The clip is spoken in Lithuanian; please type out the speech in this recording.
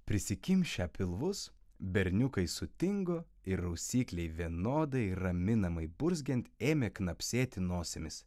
prisikimšę pilvus berniukai sutingo ir rausyklei vienodai raminamai burzgiant ėmė knapsėti nosimis